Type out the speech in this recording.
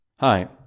Hi